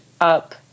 up